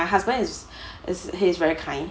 my husband is is he's very kind